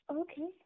okay